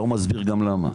לא מסביר גם למה.